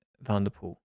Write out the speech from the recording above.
Vanderpool